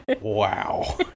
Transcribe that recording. Wow